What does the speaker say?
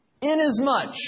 Inasmuch